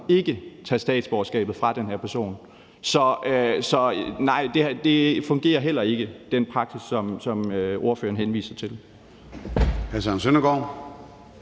ikke tage statsborgerskabet fra den her person. Så nej, den praksis, som ordføreren henviser til,